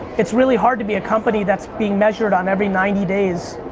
it's really hard to be a company that's being measured on every ninety days,